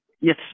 Yes